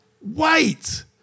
wait